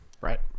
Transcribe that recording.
Right